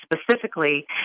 specifically